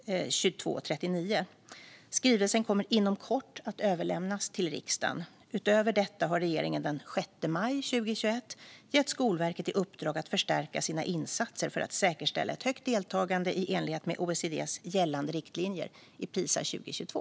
Skrivelsen kommer inom kort att överlämnas till riksdagen. Utöver detta har regeringen den 6 maj 2021 gett Skolverket i uppdrag att förstärka sina insatser för att säkerställa ett högt deltagande i enlighet med OECD:s gällande riktlinjer i Pisa 2022.